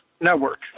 network